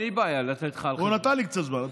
אין לי בעיה לתת לך על חשבון, הוא נתן לי קצת זמן.